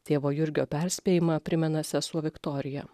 tėvo jurgio perspėjimą primena sesuo viktorija